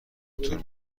طول